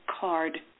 card